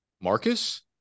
marcus